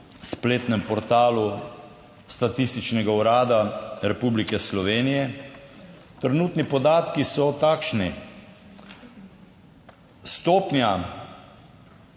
spletnem portalu Statističnega urada Republike Slovenije. Trenutni podatki so takšni: stopnja